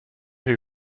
who